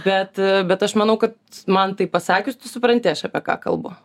bet bet aš manau kad man tai pasakius tu supranti aš apie ką kalbu